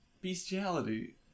bestiality